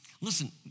Listen